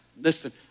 listen